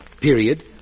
period